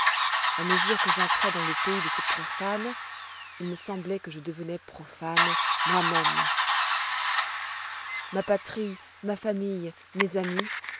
à mesure que j'entrois dans le pays de ces profanes il me sembloit que je devenois profane moi-même ma patrie ma famille mes amis